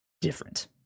different